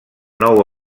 nou